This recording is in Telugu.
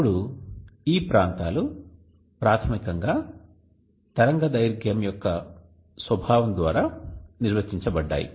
ఇప్పుడు ఈ ప్రాంతాలు ప్రాథమికంగా తరంగదైర్ఘ్యం యొక్క స్వభావం ద్వారా నిర్వచించబడ్డాయి